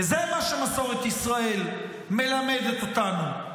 כי זה מה שמסורת ישראל מלמדת אותנו.